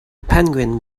penguin